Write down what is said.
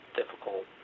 difficult